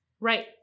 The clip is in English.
Right